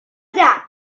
that